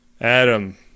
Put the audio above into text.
Adam